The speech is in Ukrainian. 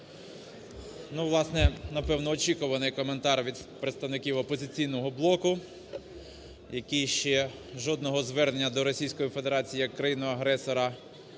Ну, власне, напевно, очікуваний коментар від представників "Опозиційного блоку", який ще жодного звернення до Російської Федерації як країни-агресора навіть